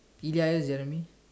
ya and Jeremy